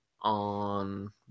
on